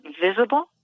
visible